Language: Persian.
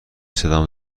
صدام